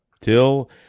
till